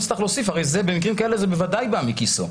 יצטרך להוסיף כי במקרים האלה זה בוודאי בא מכיסו.